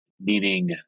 meaning